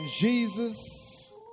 Jesus